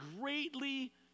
greatly